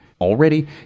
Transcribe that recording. Already